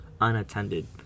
unattended